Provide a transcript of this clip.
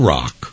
Rock